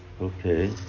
Okay